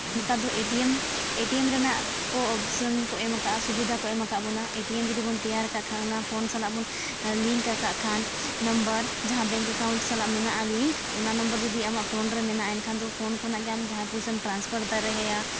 ᱱᱮᱛᱟᱨ ᱫᱚ ATM ATM ᱨᱮᱱᱟᱜ ᱠᱚ ᱚᱯᱷᱥᱮᱱ ᱠᱚ ᱮᱢ ᱟᱠᱟᱫᱼᱟ ᱥᱩᱵᱤᱫᱷᱟ ᱠᱚ ᱮᱢ ᱟᱠᱟᱫ ᱵᱚᱱᱟ ᱮᱴᱤᱭᱮᱢ ᱡᱩᱫᱤ ᱵᱚᱱ ᱛᱮᱭᱟᱨ ᱠᱟᱜ ᱠᱷᱟᱱ ᱚᱱᱟ ᱯᱷᱳᱱ ᱥᱟᱞᱟᱜ ᱵᱚᱱ ᱞᱤᱝᱠ ᱟᱠᱟᱫ ᱠᱷᱟᱱ ᱱᱚᱢᱵᱚᱨ ᱡᱟᱦᱟᱸ ᱵᱮᱝᱠ ᱮᱠᱟᱣᱩᱱᱴ ᱥᱟᱞᱟᱜ ᱢᱮᱱᱟᱜᱼᱟ ᱞᱤᱝᱠ ᱚᱱᱟ ᱱᱚᱢᱵᱚᱨ ᱡᱩᱫᱤ ᱟᱢᱟᱜ ᱯᱷᱳᱱ ᱨᱮ ᱢᱮᱱᱟᱜᱼᱟ ᱮᱱᱠᱷᱟᱱ ᱫᱚ ᱯᱷᱳᱱ ᱠᱷᱚᱱᱟᱜ ᱜᱮ ᱟᱢ ᱡᱟᱦᱟᱸ ᱯᱚᱭᱥᱟᱢ ᱴᱨᱟᱱᱥᱯᱷᱟᱨ ᱫᱟᱲᱮ ᱟᱭᱟ